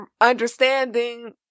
understanding